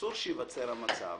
שאסור שייווצר מצב